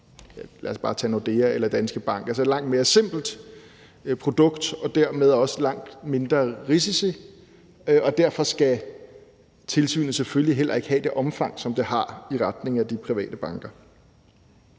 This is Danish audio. os bare tage Nordeas eller Danske Banks. Altså det er et langt mere simpelt produkt, og dermed er der også langt mindre risici, og derfor skal tilsynet selvfølgelig heller ikke have det omfang, som det har, i retning af de private banker.